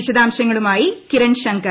വിശദാംശങ്ങളുമായി കിരൺ ശങ്കർ